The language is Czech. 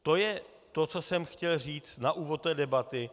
To je to, co jsem chtěl říct na úvod té debaty.